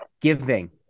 giving